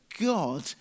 God